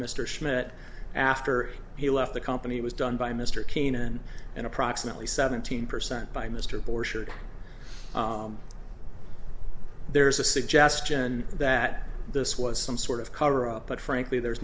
mr schmidt after he left the company was done by mr keenan and approximately seventeen percent by mr borsch or there's a suggestion that this was some sort of cover up but frankly there's